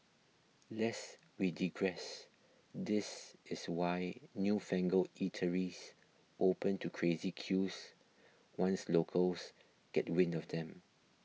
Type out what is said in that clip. lest we digress this is why newfangled eateries open to crazy queues once locals get wind of them